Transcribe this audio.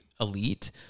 elite